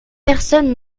personne